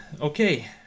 Okay